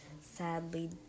sadly